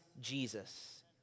Jesus